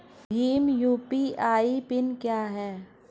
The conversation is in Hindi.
भीम यू.पी.आई पिन क्या है?